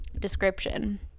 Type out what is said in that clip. description